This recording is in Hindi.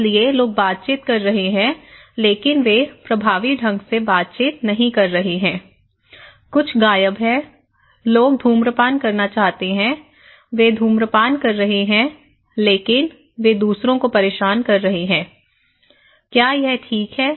इसलिए लोग बातचीत कर रहे हैं लेकिन वे प्रभावी ढंग से बातचीत नहीं कर रहे हैं कुछ गायब है लोग धूम्रपान करना चाहते हैं वे धूम्रपान कर रहे हैं लेकिन वे दूसरों को परेशान कर रहे हैं क्या यह ठीक है